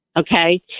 okay